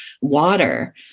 water